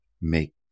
make